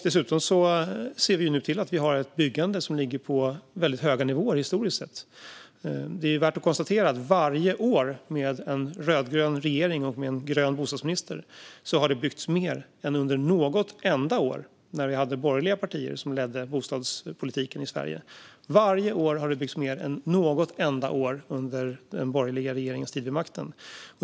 Dessutom ser vi nu till att vi har ett byggande som ligger på väldigt höga nivåer historiskt sett. Det är värt att konstatera att varje år med en rödgrön regering och en grön bostadsminister har det byggts mer än under något enda år när vi hade borgerliga partier som ledde bostadspolitiken i Sverige. Varje år har det byggts mer än något enda år under den borgerliga regeringens tid vid makten.